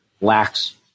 lacks